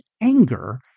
anger